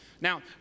Now